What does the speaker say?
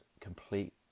complete